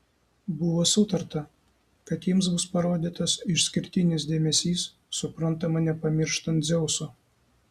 buvo sutarta kad jiems bus parodytas išskirtinis dėmesys suprantama nepamirštant dzeuso